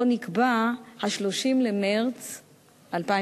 ובו נקבע ה-30 במרס 2012,